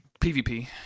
PvP